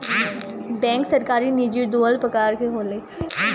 bank सरकारी आ निजी दुनु प्रकार के होला